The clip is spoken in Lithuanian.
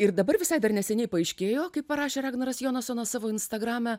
ir dabar visai dar neseniai paaiškėjo kaip parašė ragnaras jonasonas savo instagrame